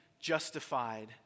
justified